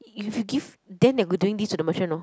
you should give then you're doing this to the merchant know